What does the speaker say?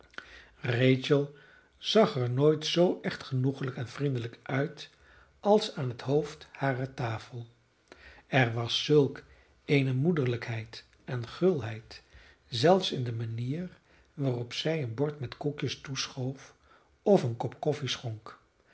rachel zag er nooit zoo echt genoegelijk en vriendelijk uit als aan het hoofd harer tafel er was zulk eene moederlijkheid en gulheid zelfs in de manier waarop zij een bord met koekjes toeschoof of een kop koffie schonk